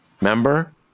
Remember